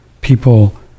people